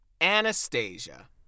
Anastasia